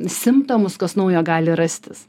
simptomus kas naujo gali rastis